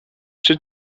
czy